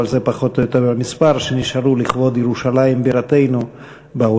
אבל זה פחות או יותר המספר של אלה שנשארו לכבוד ירושלים בירתנו בעולם.